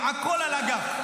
הכול עלה גם.